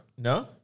No